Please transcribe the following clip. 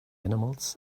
animals